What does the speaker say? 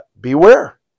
beware